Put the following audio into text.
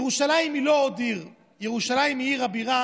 ירושלים היא לא עוד עיר, ירושלים היא עיר הבירה.